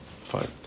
fine